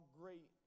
great